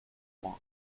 wong